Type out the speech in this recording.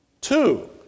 Two